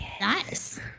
Nice